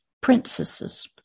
princesses